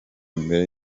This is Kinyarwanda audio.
mbere